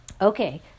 Okay